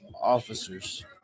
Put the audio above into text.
officers